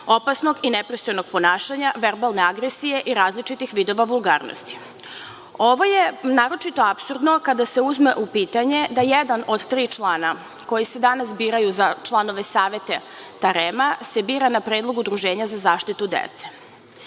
opasnog i nepristojnog ponašanja, verbalne agresije i različitih vidova vulgarnosti. Ovo je naročito apsurdno kada se uzme u pitanje da jedan od tri člana, koji se danas biraju za članove Saveta REM-a, se bira na predlog Udruženja za zaštitu